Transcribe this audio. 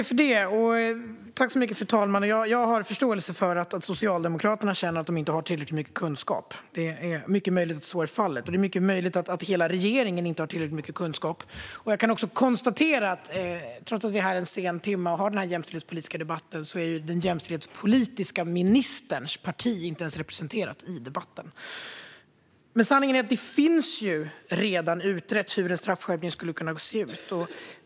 Fru talman! Jag har förståelse för att Socialdemokraterna känner att de inte har tillräckligt mycket kunskap. Det är mycket möjligt att så är fallet. Det är också mycket möjligt att hela regeringen inte har tillräckligt mycket kunskap. Jag kan också konstatera - även om det är en sen timme som vi är här och har denna jämställdhetspolitiska debatt - att den jämställdhetspolitiska ministerns parti inte ens är representerat i debatten. Sanningen är att det redan finns utrett hur en straffskärpning skulle kunna se ut.